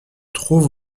trouve